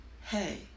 hey